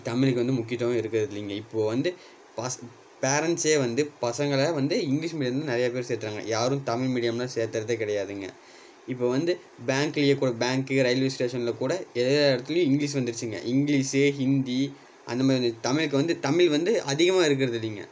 தமிழுக்கு வந்து முக்கியத்துவம் இருக்கறதில்லைங்க இப்போது வந்து பாஸ் பேரண்ட்ஸ்ஸே வந்து பசங்களை வந்து இங்கிலிஷ் மீடியமில் வந்து நிறையா பேர் சேர்த்துறாங்க யாரும் தமிழ் மீடியமெலாம் சேர்த்தறதே கிடையாதுங்க இப்போ வந்து பேங்க்லியே கூட பேங்க்கு ரயில்வே ஸ்டேஷனில் கூட எல்லா இடத்துலையும் இங்கிலிஷ் வந்திருச்சுங்க இங்கிலிஷ்ஷு ஹிந்தி அந்தமாதிரி தமிழுக்கு வந்து தமிழ் வந்து அதிகமாக இருக்கிறது இல்லைங்க